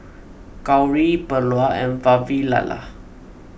Gauri Bellur and Vavilala